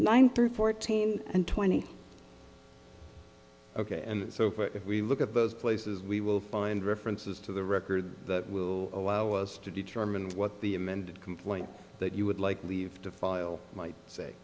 hundred fourteen and twenty ok and so if we look at those places we will find references to the record that will allow us to determine what the amended complaint that you would like leave to file might say